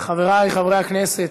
חברי חברי הכנסת,